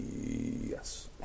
Yes